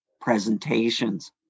presentations